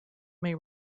may